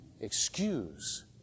excuse